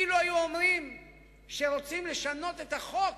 אילו היו אומרים שרוצים לשנות את החוק